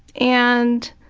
and